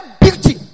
beauty